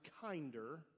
kinder